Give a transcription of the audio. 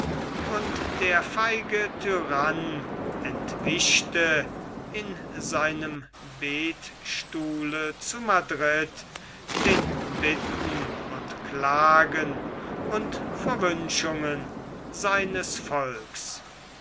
und der feige tyrann entwischte in seinem betstuhl zu madrid den bitten und klagen und verwünschungen seines volks